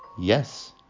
Yes